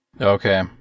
okay